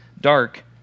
dark